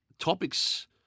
topics